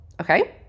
Okay